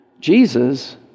Jesus